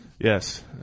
Yes